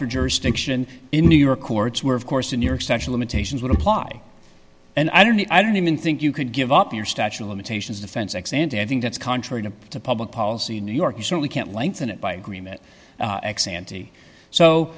for jurisdiction in new york courts where of course in new york such limitations would apply and i don't i don't even think you could give up your statue of limitations defense ex ante i think that's contrary to public policy in new york you certainly can't lengthen it by agreement ex ante so